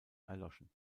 erloschen